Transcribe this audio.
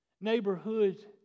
neighborhood